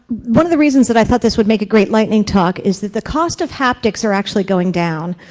one of the reasons that i thought this would make a great lightning talk, is that the cost of haptics are actually going down.